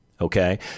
okay